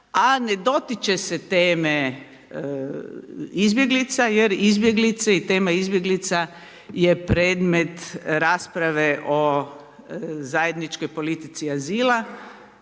a ne dotiče se teme izbjeglica jer izbjeglice i tema izbjeglica je predmet rasprave o zajedničkoj politici azila